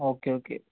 okay okay